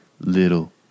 Little